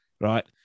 right